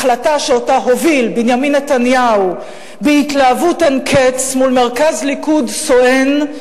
החלטה שאותה הוביל בנימין נתניהו בהתלהבות אין קץ מול מרכז ליכוד סואן,